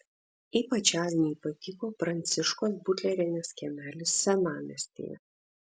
ypač agnei patiko pranciškos butlerienės kiemelis senamiestyje